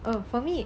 as for me